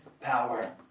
power